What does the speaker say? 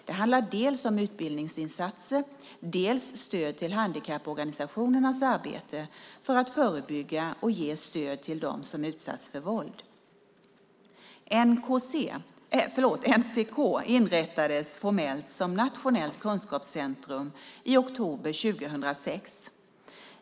Det handlar dels om utbildningsinsatser, dels stöd till handikapporganisationernas arbete för att förebygga och ge stöd till dem som utsatts för våld. NCK inrättades formellt som nationellt kunskapscentrum i oktober 2006.